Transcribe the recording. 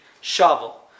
shovel